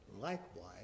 likewise